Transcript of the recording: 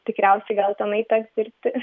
tikriausiai gel tenai teks dirbti